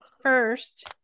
first